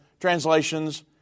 translations